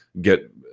get